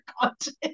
content